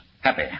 Happy